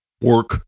work